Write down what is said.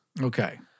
Okay